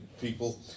people